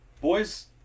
Boys